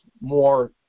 more